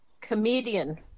comedian